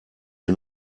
mir